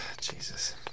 jesus